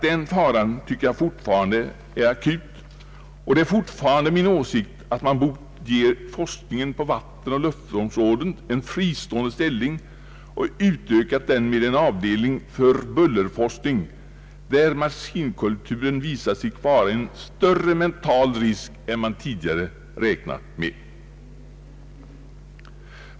Den faran tycker jag fortfarande är akut, och det är alltjämt min åsikt att man bort ge forskningen på vattenoch luftvårdsområdet en fristående ställning och utökat den med en avdelning för bullerforskning, då maskinkulturen visat sig vara en större mental risk än man tidigare räknat med.